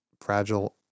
fragile